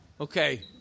Okay